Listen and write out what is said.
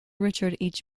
richard